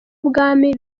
ubwami